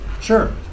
Sure